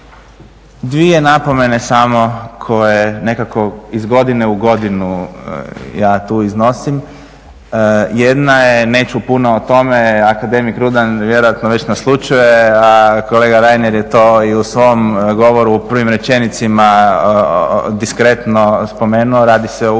Dvije napomene samo koje nekako iz godine u godinu ja tu iznosim, jedna je, neću puno o tome, akademik Rudan vjerojatno već naslućuje, a kolega Reiner je to i u svom govoru u prvim rečenicama diskretno spomenuo, radi se o udjelu